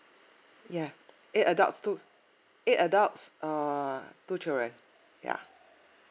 ya eight adults two eight adults err two children ya